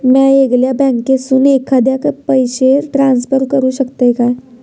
म्या येगल्या बँकेसून एखाद्याक पयशे ट्रान्सफर करू शकतय काय?